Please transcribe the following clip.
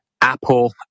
Apple